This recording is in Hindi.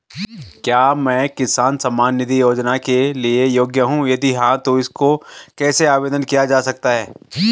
क्या मैं किसान सम्मान निधि योजना के लिए योग्य हूँ यदि हाँ तो इसको कैसे आवेदन किया जा सकता है?